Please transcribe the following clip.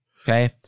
okay